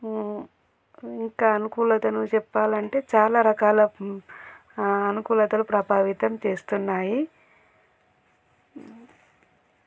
ఇంకా అనుకూలతను చెప్పాలంటే చాలా రకాల అనుకూలతలు ప్రభావితం చేస్తున్నాయి